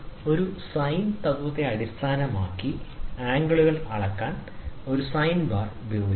ഒരു സൈൻ തത്വത്തെ അടിസ്ഥാനമാക്കി കോണുകൾ അളക്കാൻ ഒരു സൈൻ ബാർ ഉപയോഗിക്കുന്നു